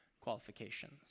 qualifications